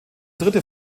dritte